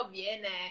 viene